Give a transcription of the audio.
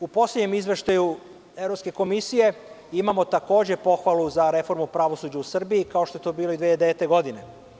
U poslednjem izveštaju Evropske komisije, imamo takođe pohvalu za reformu pravosuđa u Srbiji, kao što je to bilo i 2009. godine.